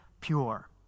pure